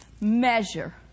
measure